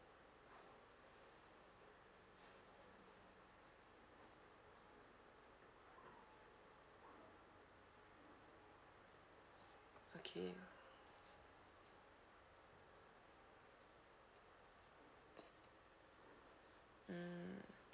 okay mm